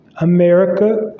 America